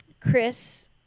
Chris